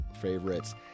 favorites